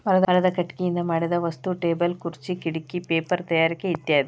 ಮರದ ಕಟಗಿಯಿಂದ ಮಾಡಿದ ವಸ್ತು ಟೇಬಲ್ ಖುರ್ಚೆ ಕಿಡಕಿ ಪೇಪರ ತಯಾರಿಕೆ ಇತ್ಯಾದಿ